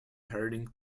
herding